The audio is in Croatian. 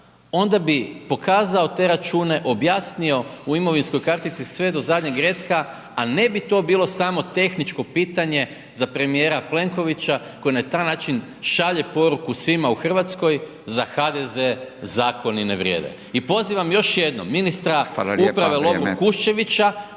onda bi pokazao te račune, objasnio u imovinskoj kartici sve do zadnjeg retka, a ne bi to bilo samo tehničko pitanje za premijera Plenkovića koji je na taj način šalje poruku svima u Hrvatskoj, za HDZ zakoni ne vrijede. I pozivam još jednom ministra uprave Lovru